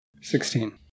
Sixteen